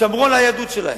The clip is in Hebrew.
שמרו על היהדות שלהם.